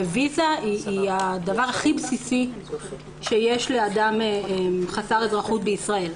ויזה היא הדבר הכי בסיסי שיש לאדם חסר אזרחיות בישראל.